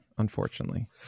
Unfortunately